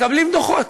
מקבלים דוחות.